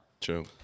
True